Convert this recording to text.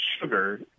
sugar